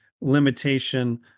limitation